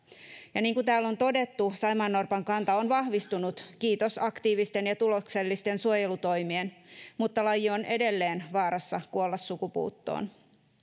ja niin kuin täällä on todettu saimaannorpan kanta on vahvistunut kiitos aktiivisten ja tuloksellisten suojelutoimien mutta laji on edelleen vaarassa kuolla sukupuuttoon